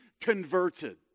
converted